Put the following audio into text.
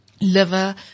liver